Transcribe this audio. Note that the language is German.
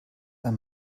ein